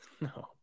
No